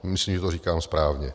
Myslím, že to říkám správně.